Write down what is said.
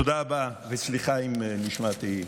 תודה רבה, וסליחה אם נשמעתי,